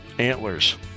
antlers